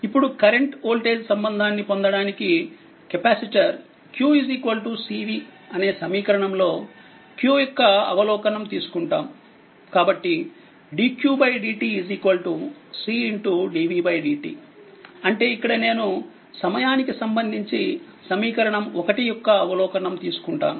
ఇప్పుడు current voltage సంబంధాన్ని పొందడానికి కెపాసిటర్ q cv అనే సమీకరణంలో q యొక్క అవలోకనం డెరివేటివ్ తీసుకుంటాము కాబట్టి dq dt c dv dt అంటే ఇక్కడ నేను సమయానికి సంబంధించి సమీకరణం 1 యొక్క అవలోకనం తీసుకుంటాను